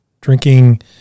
drinking